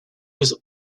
was